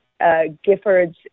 Giffords